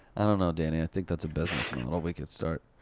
i don't know, danny. i think that's a business model we could start.